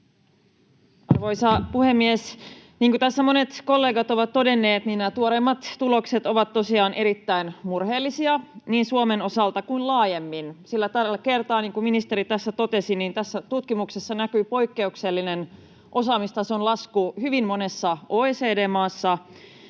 Arvoisa puhemies! Niin kuin tässä monet kollegat ovat todenneet, nämä tuoreimmat tulokset ovat tosiaan erittäin murheellisia, niin Suomen osalta kuin laajemmin, sillä tällä kertaa, niin kuin ministeri tässä totesi, tässä tutkimuksessa näkyy poikkeuksellinen osaamistason lasku hyvin monessa OECD-maassa,